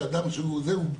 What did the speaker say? אחרות.